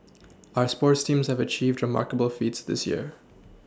our sports teams have achieved remarkable feats this year